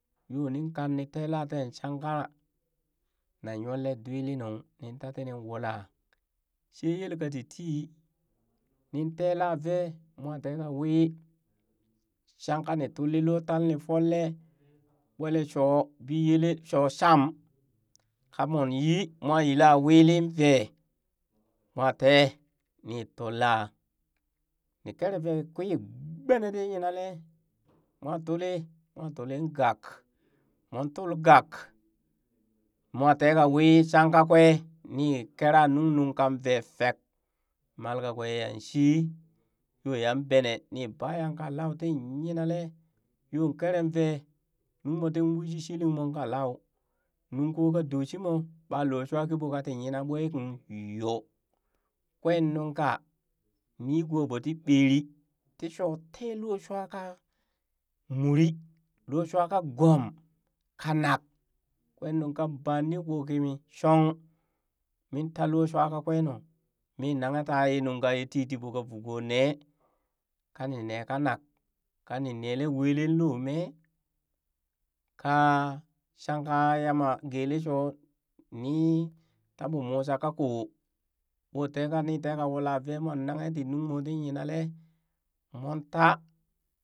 Yoo nin kan ni telaa teen shanka na nyollee dwilinung ni ta tini wulaa shee yelka titi nin tela vee, moo taka wii shanka nii tolli loo tal nii folle ɓoolee shoo biyelee shoo sham ka moon yi mwa yilla wili vee mwa tee, nii tullaa ni kere vee kwii gbenee tii yinalee mwa tulii moo tulin gang moon tul gang moo tee ka wii shankakwee ni kera nuŋ nung kan vee fek mal kakwe yanshi yoo yan benee niibaya kalau ti yila lee yoo kere vee nuŋ moo tin wi shii shili moon kalau nunko ka doo shimoo ɓaa looh shuwa kiɓoo ka ti yina ɓwe kung yoo, kwee nunka nigoo ɓoo ti ɓeri ti shoo tee loo shua ka muri, looo shwa ka goom kanak kwee nunkan ba nigoo kimii shon min taa loo shwa kakwee nuu mii nanghe ta yee nunk ye titiɓoo ka vukoo nee kanin ne kanak kani neelee weelee loo mee ka shanka yama geele shoo ni ta ɓoo musa ka koo ɓoo teka ni teka wula vee moo nanghe tii nungmoo ti yinalee moon taa.